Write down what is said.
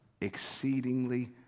exceedingly